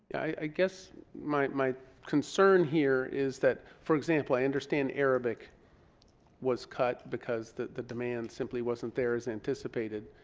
i guess my concern here is that, for example, i understand arabic was cut because the the demand simply wasn't there as anticipated.